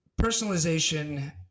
personalization